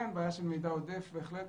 כן, בעיה של מידע עודף, בהחלט.